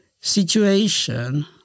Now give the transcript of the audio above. situation